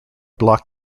block